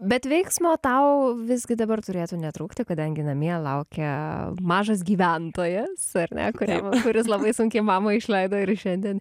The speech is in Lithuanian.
bet veiksmo tau visgi dabar turėtų netrūkti kadangi namie laukia mažas gyventojas ar ne kuriam kuris labai sunkiai mamą išleido ir šiandien